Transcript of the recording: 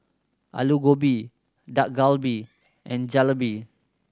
Alu Gobi Dak Galbi and Jalebi